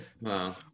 Wow